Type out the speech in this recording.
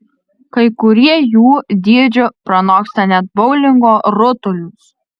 kai kurie jų dydžiu pranoksta net boulingo rutulius